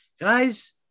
guys